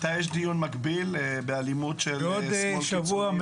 מתי יתקיים דיון מקביל בנושא אלימות של שמאל קיצוני?